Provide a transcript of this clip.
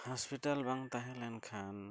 ᱵᱟᱝ ᱛᱟᱦᱮᱸ ᱞᱮᱱᱠᱷᱟᱱ